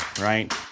right